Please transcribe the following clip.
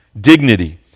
dignity